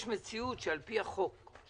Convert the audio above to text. יש מציאות, שעל פי החוק שנחקק